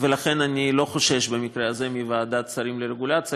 ולכן אני לא חושש במקרה הזה מוועדת שרים לרגולציה.